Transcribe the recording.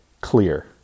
clear